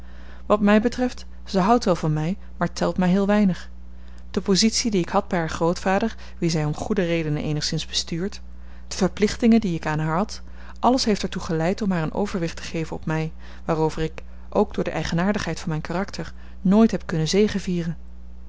wat mij betreft zij houdt wel van mij maar telt mij heel weinig de positie die ik had bij haar grootvader wien zij om goede redenen eenigszins bestuurt de verplichtingen die ik aan haar had alles heeft er toe geleid om haar een overwicht te geven op mij waarover ik ook door de eigenaardigheid van mijn karakter nooit heb kunnen zegevieren